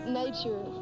nature